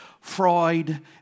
Freud